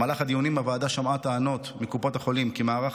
במהלך הדיונים הוועדה שמעה טענות מקופות החולים כי מערך